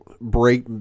break